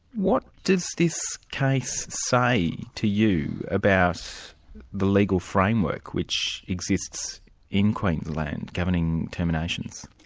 what does this case say to you about the legal framework which exists in queensland governing terminations?